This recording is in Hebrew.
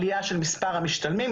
עלייה של מספר המשתלמים,